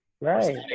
Right